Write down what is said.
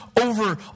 over